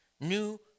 new